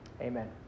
amen